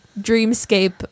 dreamscape